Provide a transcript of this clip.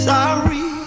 Sorry